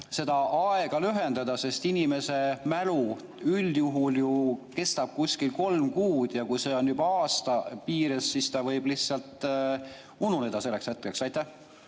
seda aega lühendada, sest inimese mälu üldjuhul ju kestab kuskil kolm kuud ja kui see on aasta piires, siis ta võib lihtsalt ununeda selleks hetkeks? Aitäh,